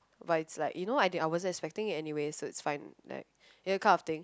but it's like you know I did~ I wasn't expecting it anyway so it's fine like you know that kind of thing